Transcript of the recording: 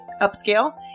upscale